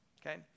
okay